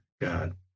god